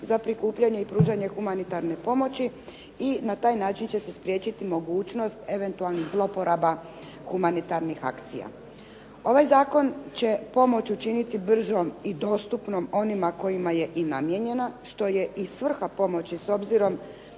za prikupljanje i pružanje humanitarne pomoći i na taj način će se spriječiti mogućnost eventualnih zloporaba humanitarnih akcija. Ovaj zakon će pomoć učiniti bržom i dostupnom onima kojima je i namijenjena, što je i svrha pomoć s obzirom